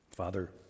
Father